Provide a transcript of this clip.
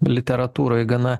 literatūroj gana